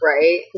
right